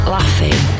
Laughing